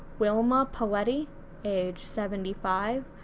wilma paletti age seventy five,